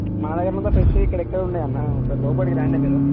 మన దగ్గర ఉన్నంత ఫ్రెష్ ఇక్కడ ఎక్కడ ఉండవు అన్న ఒకసారి లోపలికి రండి మీరు